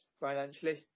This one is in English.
financially